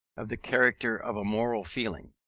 of the character of a moral feeling.